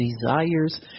desires